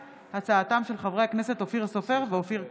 בהצעתם של חברי הכנסת מופיד מרעי,